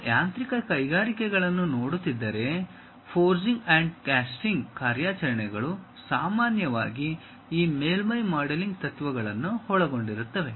ನೀವು ಯಾಂತ್ರಿಕ ಕೈಗಾರಿಕೆಗಳನ್ನು ನೋಡುತ್ತಿದ್ದರೆ ಫೋರ್ಜಿಂಗ್ ಅಂಡ್ ಕ್ಯಾಸ್ಟಿಂಗ್ ಕಾರ್ಯಾಚರಣೆಗಳು ಸಾಮಾನ್ಯವಾಗಿ ಈ ಮೇಲ್ಮೈ ಮಾಡೆಲಿಂಗ್ ತತ್ವಗಳನ್ನು ಒಳಗೊಂಡಿರುತ್ತವೆ